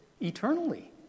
eternally